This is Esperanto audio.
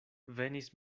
venis